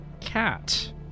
Cat